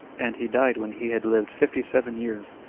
and he died when he had lived fifty-seven years,